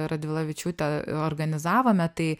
radvilavičiūte organizavome tai